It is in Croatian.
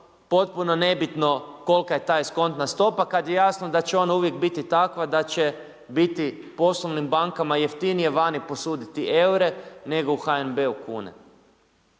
potpuno nebitno kolika je ta eskontna stopa kada je jasno da će ona uvijek biti takva da će biti poslovnim bankama jeftinije vani posuditi eure nego u HNB-u kune.